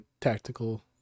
tactical